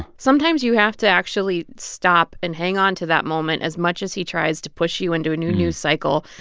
sometimes you have to actually stop and hang on to that moment as much as he tries to push you into a new news cycle.